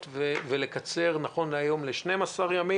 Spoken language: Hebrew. בשביל לקצר את ימי הבידוד ל-12 ימים.